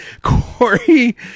Corey